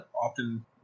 often